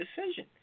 decision